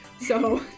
So-